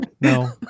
no